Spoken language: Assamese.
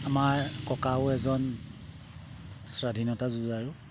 আমাৰ ককাও এজন স্বাধীনতা যুঁজাৰু